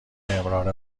امرار